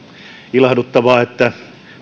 ilahduttavaa että